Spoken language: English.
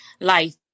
life